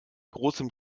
großem